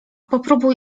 popróbuj